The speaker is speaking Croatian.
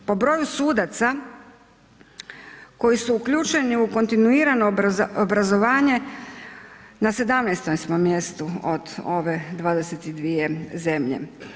Po broju sudaca koji su uključeni u kontinuirano obrazovanje na 17.-tom smo mjestu od ove 22 zemlje.